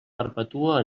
perpetua